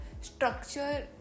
structure